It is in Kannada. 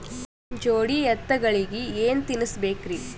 ಜೋಡಿ ಎತ್ತಗಳಿಗಿ ಏನ ತಿನಸಬೇಕ್ರಿ?